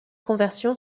conversion